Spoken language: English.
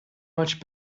much